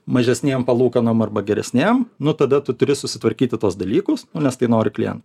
mažesnėm palūkanom arba geresnėm nu tada tu turi susitvarkyti tuos dalykus nes tai nori klientai